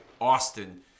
Austin